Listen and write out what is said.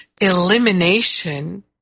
elimination